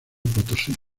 potosí